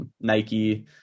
Nike